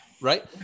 right